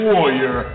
Warrior